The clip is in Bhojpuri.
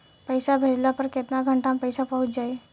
पैसा भेजला पर केतना घंटा मे पैसा चहुंप जाई?